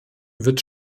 wird